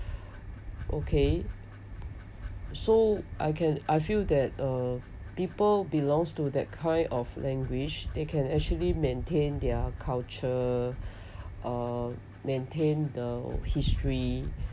okay so I can I feel that uh people belongs to that kind of language they can actually maintain their culture uh maintain the history